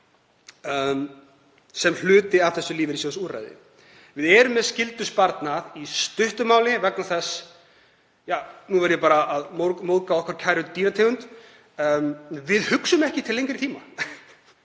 sem hluta af þessu lífeyrissjóðsúrræði. Við erum með skyldusparnað í stuttu máli vegna þess — tja, nú verð ég bara að móðga okkar kæru dýrategund — að við hugsum ekki til lengri tíma.